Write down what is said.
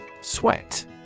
Sweat